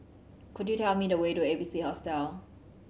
could you tell me the way to A B C Hostel